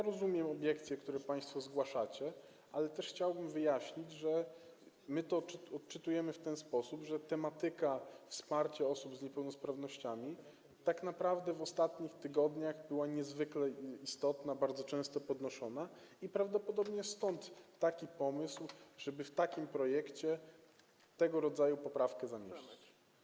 Rozumiem obiekcje, jakie państwo zgłaszacie, ale chciałbym wyjaśnić, że my to odczytujemy w ten sposób, że tematyka wsparcia osób z niepełnosprawnościami tak naprawdę w ostatnich tygodniach była niezwykle istotna, bardzo często poruszana, i prawdopodobnie stąd taki pomysł, żeby w takim projekcie tego rodzaju poprawkę wprowadzić.